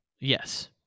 Yes